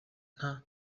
nta